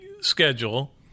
schedule